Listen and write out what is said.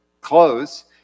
clothes